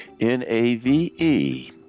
N-A-V-E